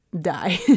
die